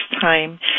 time